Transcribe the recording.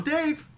Dave